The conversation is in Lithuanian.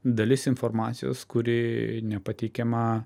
dalis informacijos kuri nepateikiama